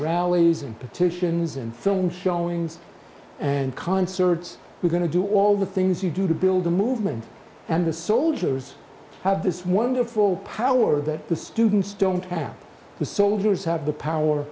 rallies and petitions and film showings and concerts we're going to do all the things you do to build a movement and the soldiers have this wonderful power that the students don't tap the soldiers have the power